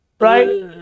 right